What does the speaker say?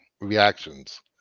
reactions